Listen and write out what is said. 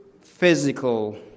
physical